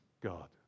God